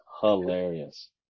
Hilarious